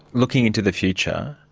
looking into the future,